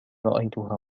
رأيتها